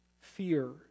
fear